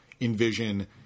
envision